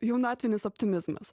jaunatvinis optimizmas